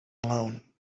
alone